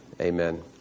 Amen